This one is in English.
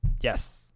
Yes